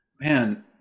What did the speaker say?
man